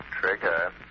Trigger